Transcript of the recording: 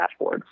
dashboards